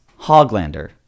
Hoglander